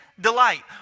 delight